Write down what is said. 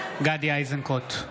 גדי איזנקוט,